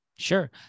sure